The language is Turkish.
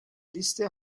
liste